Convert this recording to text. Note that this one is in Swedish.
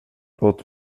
låt